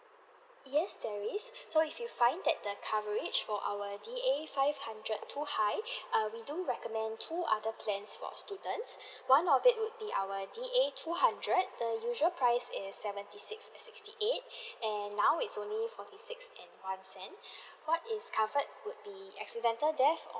yes there is so if you find that the coverage for our D_A five hundred too high err we do recommend two other plans for students one of it would be our D_A two hundred the usual price is seventy six sixty eight and now it's only forty six and one cent what is covered would be accidental death or